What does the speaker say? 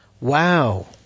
Wow